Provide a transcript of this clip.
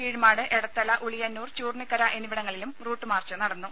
കീഴ്മാട് എടത്തല ഉളിയന്നൂർ ചൂർണ്ണിക്കര എന്നിവിടങ്ങളിലും route march നടന്നു